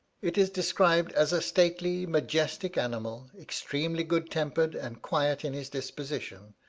it is described as a stately, majestic animal, extremely good-tempered and quiet in his disposition,